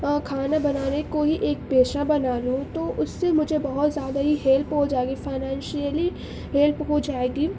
کھانا بنانے کو ہی ایک پیشہ بنا لوں تو اس سے مجھے زیادہ ہی ہیلپ ہو جائے گی فائنانشیلی ہیلپ ہو جائے گی